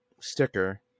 sticker